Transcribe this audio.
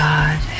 God